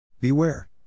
Beware